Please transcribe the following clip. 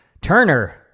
Turner